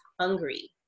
hungry